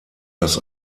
dass